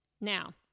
Now